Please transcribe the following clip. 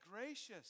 gracious